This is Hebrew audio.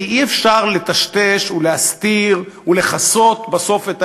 כי אי-אפשר לטשטש ולהסתיר ולכסות בסוף את האמת.